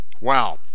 wow